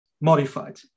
modified